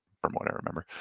from what i remember